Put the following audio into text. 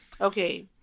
Okay